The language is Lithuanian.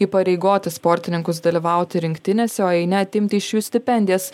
įpareigoti sportininkus dalyvauti rinktinėse o jei ne atimti iš jų stipendijas